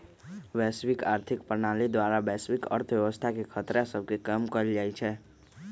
वैश्विक आर्थिक प्रणाली द्वारा वैश्विक अर्थव्यवस्था के खतरा सभके कम कएल जा सकइ छइ